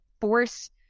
force